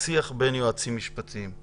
שיח בין יועצים משפטיים.